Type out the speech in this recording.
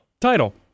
Title